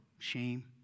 Shame